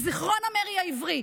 מזיכרון המרי העברי,